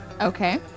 Okay